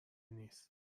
نیست